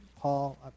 paul